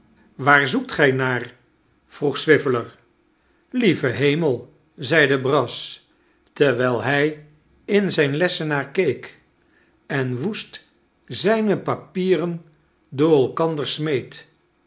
waar zoekt gij naar vroeg swiveller lieve hemel zeide brass terwijl hij in zijn lessenaar keek en woest zljne papieren door elkander smeet